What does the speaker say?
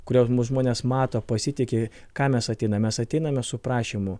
kurios mus žmones mato pasitiki ką mes ateinam mes ateiname su prašymu